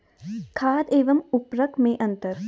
खाद एवं उर्वरक में अंतर?